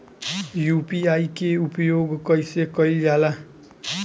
UPI के उपयोग कइसे कइल जाला?